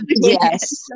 Yes